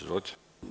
Izvolite.